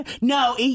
no